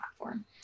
platform